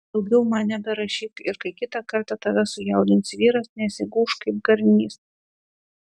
daugiau man neberašyk ir kai kitą kartą tave sujaudins vyras nesigūžk kaip garnys